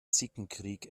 zickenkrieg